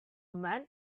man